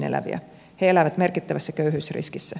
he elävät merkittävässä köyhyysriskissä